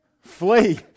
Flee